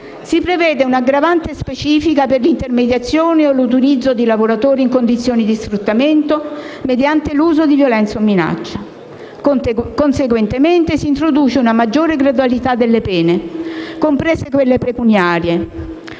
Si prevede un'aggravante specifica per l'intermediazione o l'utilizzo di lavoratori in condizioni di sfruttamento, mediante l'uso di violenza o minaccia. Conseguentemente, si introduce una maggiore gradualità delle pene comprese quelle pecuniarie: